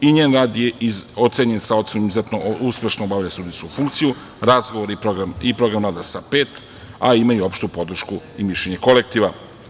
I njen rad je ocenjen ocenom „izuzetno uspešno obavlja sudijsku funkciju“, razgovor i program rada sa „pet“, a ima i opštu podršku i mišljenje kolektiva.